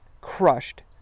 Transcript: crushed